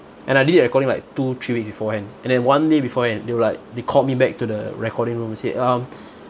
and I did the recording like two three weeks beforehand and then one day before and they were like they called me back to the recording room said um